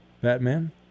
Batman